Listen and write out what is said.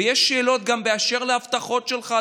ויש שאלות גם באשר להבטחות שלך,